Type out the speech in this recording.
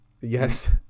Yes